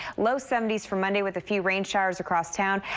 low seventy s for monday with a few rain showers across town.